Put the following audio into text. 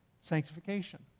sanctification